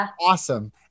awesome